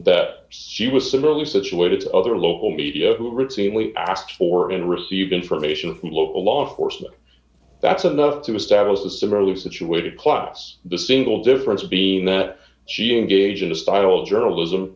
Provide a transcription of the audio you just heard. that she was similarly situated other local media who routinely ask for and receive information from local law enforcement that's enough to establish a similarly situated class the single difference being that she engaged in a style of journalism